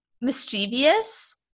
mischievous